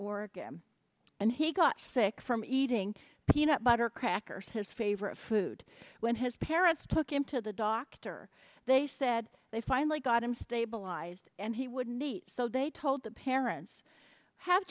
oregon and he got sick from eating peanut butter crackers his favorite food when his parents took him to the doctor they said they finally got him stabilized and he wouldn't eat so they told the parents have